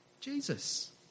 Jesus